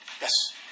Yes